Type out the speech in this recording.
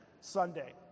Sunday